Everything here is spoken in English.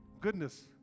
goodness